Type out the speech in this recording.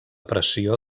pressió